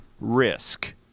risk